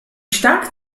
stark